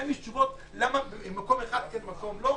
לכם יש תשובות למה במקום אחד כן ובמקום אחד לא?